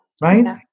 right